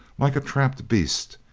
like a trapped beast,